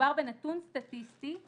מדובר בנתון סטטיסטי,